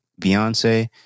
Beyonce